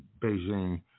Beijing